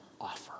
offer